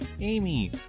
Amy